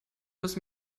müssen